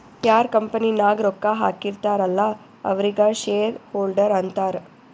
ಯಾರ್ ಕಂಪನಿ ನಾಗ್ ರೊಕ್ಕಾ ಹಾಕಿರ್ತಾರ್ ಅಲ್ಲಾ ಅವ್ರಿಗ ಶೇರ್ ಹೋಲ್ಡರ್ ಅಂತಾರ